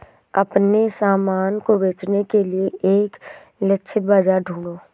अपने सामान को बेचने के लिए एक लक्षित बाजार ढूंढो